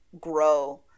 grow